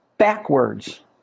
backwards